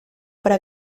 para